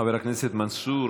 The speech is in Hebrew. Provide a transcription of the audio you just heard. חבר הכנסת מנסור,